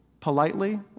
politely